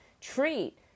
treat